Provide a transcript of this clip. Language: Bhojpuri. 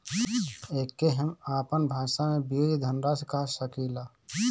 एके हम आपन भाषा मे बीज धनराशि कह सकीला